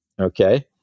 Okay